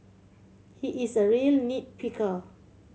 he is a real nit picker